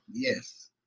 Yes